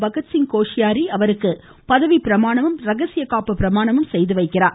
பகத்சிங் கோஷியாரி அவருக்கு பதவி பிரமாணமும் இரகசிய காப்பு பிரமாணமும் செய்து வைக்கிறார்